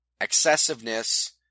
excessiveness